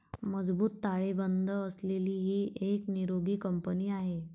मजबूत ताळेबंद असलेली ही एक निरोगी कंपनी आहे